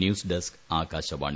news desk Akashvani